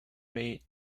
made